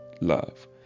love